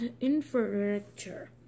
infrastructure